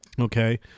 okay